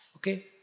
Okay